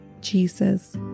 Jesus